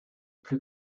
plus